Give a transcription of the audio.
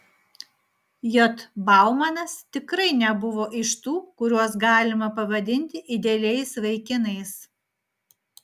j baumanas tikrai nebuvo iš tų kuriuos galima pavadinti idealiais vaikinais